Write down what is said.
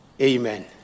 Amen